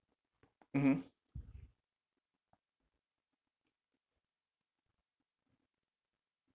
mmhmm